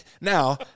Now